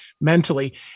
mentally